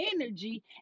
energy